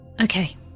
Okay